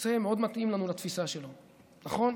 זה מאוד מתאים לתפיסה שלנו, נכון?